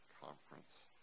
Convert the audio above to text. conference